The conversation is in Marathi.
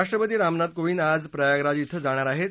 राष्ट्रपती रामनाथ कोविंद आज प्रयागराज िि जाणार अहेत